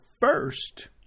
first